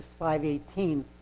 5.18